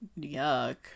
Yuck